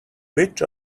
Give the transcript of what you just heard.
which